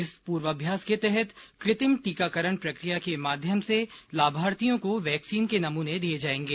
इस पूर्वाभ्यास के तहत क्रत्रिम टीकाकरण प्रक्रिया के माध्यम से लाभार्थियों को वैक्सीन के नमूने दिए जाएंगे